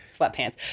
sweatpants